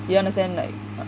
do you understand like